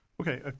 Okay